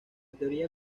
teoría